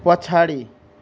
पछाडि